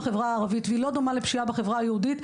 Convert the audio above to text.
והיא לא דומה לפשיעה בחברה היהודית,